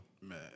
Man